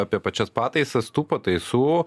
apie pačias pataisas tų pataisų